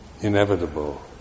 inevitable